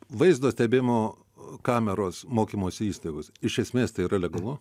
vaizdo stebėjimo kameros mokymosi įstaigose iš esmės tai yra legalu